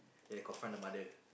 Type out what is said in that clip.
they confront the mother